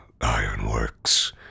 ironworks